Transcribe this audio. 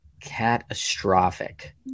catastrophic